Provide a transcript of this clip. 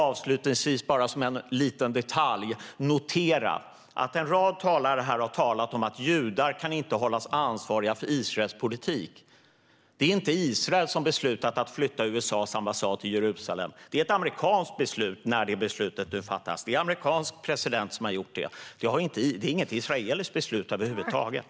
En rad av talarna här har talat om att judar inte kan hållas ansvariga för Israels politik. Det är inte Israel som har beslutat att flytta USA:s ambassad till Jerusalem. Det är ett amerikanskt beslut av en amerikansk president. Det är över huvud taget inget israeliskt beslut.